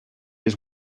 his